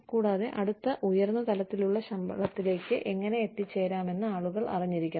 കൂടാതെ അടുത്ത ഉയർന്ന തലത്തിലുള്ള ശമ്പളത്തിലേക്ക് എങ്ങനെ എത്തിച്ചേരാമെന്ന് ആളുകൾ അറിഞ്ഞിരിക്കണം